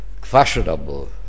fashionable